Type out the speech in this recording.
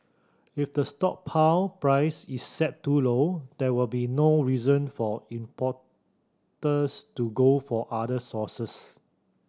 if the stockpile price is set too low there will be no reason for importers to go for other sources